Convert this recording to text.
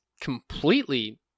completely